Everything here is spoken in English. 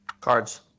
Cards